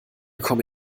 komme